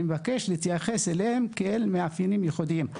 מבקש להתייחס אליהם כאל מאפיינים ייחודיים.